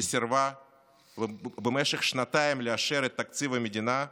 שסירבה במשך שנתיים לאשר את תקציב המדינה,